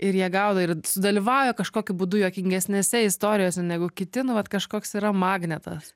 ir jie gaudo ir sudalyvauja kažkokiu būdu juokingesnėse istorijose negu kiti nu vat kažkoks yra magnetas